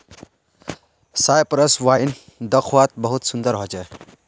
Cyprus wine दाख्वात बहुत सुन्दर होचे